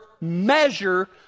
measure